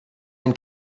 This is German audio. ein